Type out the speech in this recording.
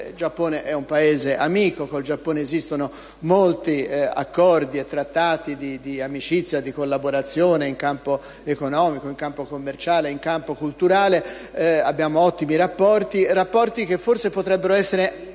Giappone, con il quale esistono molti Accordi e Trattati di amicizia e di collaborazione in campo economico, in campo commerciale e in campo culturale; abbiamo ottimi rapporti, che forse potrebbero essere